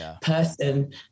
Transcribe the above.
person